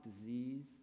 disease